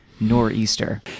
Nor'easter